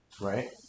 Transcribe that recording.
Right